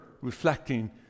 reflecting